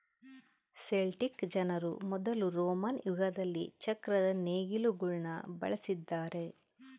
Celtic ಜನರು ಮೊದಲು Roman ಯುಗದಲ್ಲಿ ಚಕ್ರದ ನೇಗಿಲುಗುಳ್ನ ಬಳಸಿದ್ದಾರೆ